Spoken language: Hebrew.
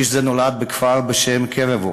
איש זה נולד בכפר בשם קרבו,